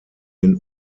den